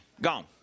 Gone